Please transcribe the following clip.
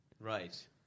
Right